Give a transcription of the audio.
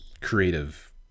creative